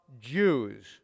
Jews